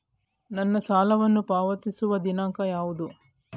ನನ್ನ ಸಾಲವನ್ನು ಪಾವತಿಸುವ ದಿನಾಂಕ ಯಾವುದು?